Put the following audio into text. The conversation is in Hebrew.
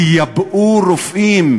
תייבאו רופאים,